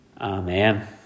Amen